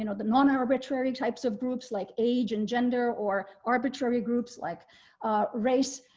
you know the non arbitrary types of groups like age and gender or arbitrary groups like race,